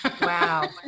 Wow